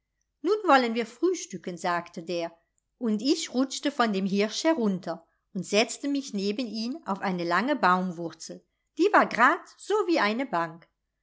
nun wollen wir frühstücken sagte der und ich rutschte von dem hirsch herunter und setzte mich neben ihn auf eine lange baumwurzel die war grad so wie eine bank